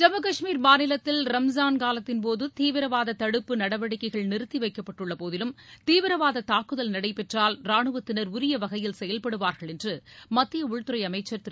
ஜம்மு கஷ்மீர் மாநிலத்தில் ரம்ஜான் காலத்தின் போது தீவிரவாத தடுப்பு நடவடிக்கைகள் நிறுத்தி வைக்கப்பட்டுள்ள போதிலும் தீவிரவாத தூக்குதல் நடைபெற்றால் ரானுவத்தினர் உரிய வகையில் செயல்படுவார்கள் என்று மத்திய உள்துறை அமைச்சர் திரு